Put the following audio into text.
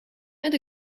and